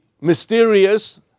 Mysterious